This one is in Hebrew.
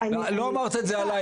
אני --- לא אמרת את זה עליי,